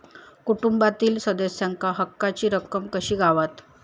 कुटुंबातील सदस्यांका हक्काची रक्कम कशी गावात?